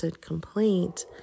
complaint